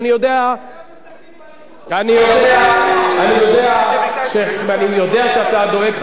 אני יודע שאתה דואג,